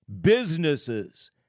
businesses